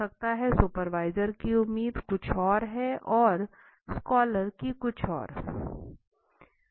हो सकता है सुपरवाइजर की उम्मीद कुछ और है और स्कॉलर की कुछ और